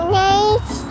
nice